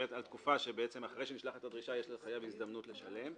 מדברת על תקופה שבעצם אחרי שנשלחת הדרישה יש לחייב הזדמנות לשלם.